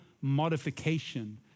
modification